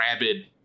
rabid